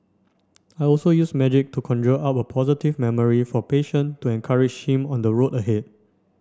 I also use music to conjure up a positive memory for a patient to encourage him on the road ahead